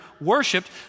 worshipped